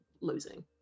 losing